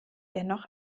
dennoch